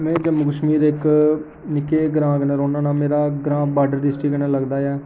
में जम्मू कश्मीर इक निक्के जेह् ग्रांऽ कन्नै रौह्न्ना होना मेरा ग्रांऽ बॉर्डर डिस्ट्रिक्ट कन्नै लगदा ऐ